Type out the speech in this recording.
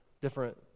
different